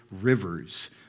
rivers